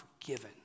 forgiven